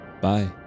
Bye